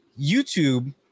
YouTube